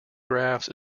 graphs